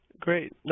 Great